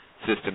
system